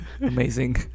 amazing